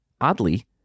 Oddly